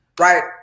right